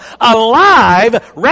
alive